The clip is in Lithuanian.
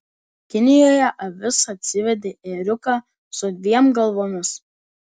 kinijoje avis atsivedė ėriuką su dviem galvomis